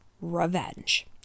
revenge